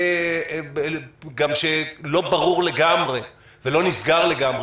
גם שלא ברור לגמרי ולא נסגר לגמרי,